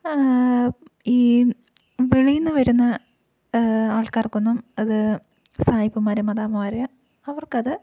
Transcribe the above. ഈ വെളിയിൽ നിന്ന് വരുന്ന ആൾക്കാർക്ക് ഒന്നും അത് സായിപ്പന്മാരും മദാമ്മമാരും അവർക്ക് അത്